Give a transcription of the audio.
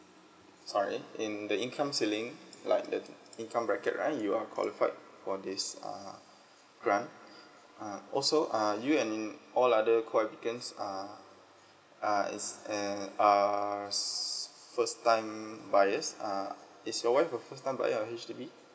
sorry in the income ceiling like the income bracket right you are qualified for this uh grant uh also are you and all other co applicants are uh is eh are first time buyers uh is your wife a first time buyer of H_D_B